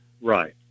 Right